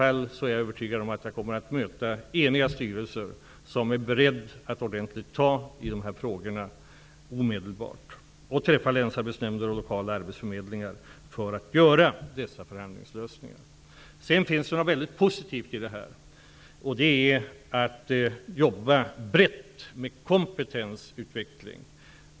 Om de gör det är jag övertygad om att jag kommer att möta eniga styrelser som är beredda att omedelbart ta ett ordentligt tag i frågorna och träffa länsarbetsnämnder och lokala arbetsförmedlingar för att nå dessa förhandlingslösningar. Det finns något väldigt positivt i detta. Det är det faktum att vi kan jobba brett med kompetensutveckling.